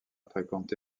fréquenté